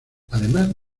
además